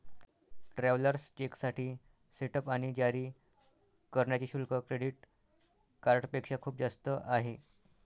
travellers चेकसाठी setup आणि जारी करण्याचे शुल्क क्रेडिट कार्डपेक्षा खूप जास्त आहे